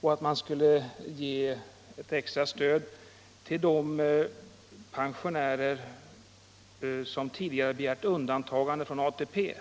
och ge ett extra stöd till de pensionärer som tidigare begärt undantagande från ATP.